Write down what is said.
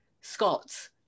Scots